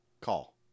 call